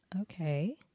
Okay